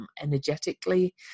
energetically